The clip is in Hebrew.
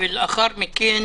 ולאחר מכן